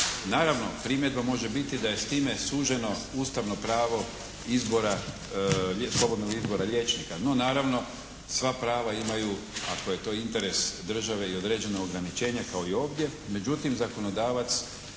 Naravno primjedba može biti da je s time suženo ustavno pravo izbora, slobodnog izbora liječnika. No naravno sva prava imaju ako je to interes države i određena ograničenja kao i ovdje